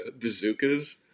bazookas